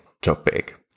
topic